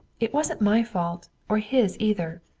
it wasn't my fault, or his either.